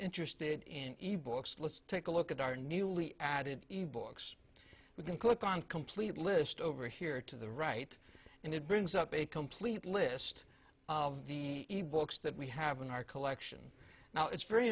interested in e books let's take a look at our newly added e books we can click on complete list over here to the right and it brings up a complete list of the e books that we have in our collection now it's very